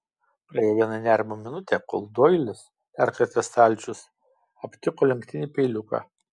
praėjo viena nerimo minutė kol doilis perkratęs stalčius aptiko lenktinį peiliuką